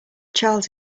charles